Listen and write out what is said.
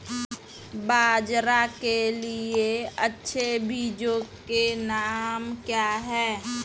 बाजरा के लिए अच्छे बीजों के नाम क्या हैं?